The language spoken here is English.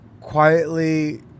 quietly